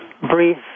brief